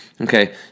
okay